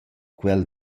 quel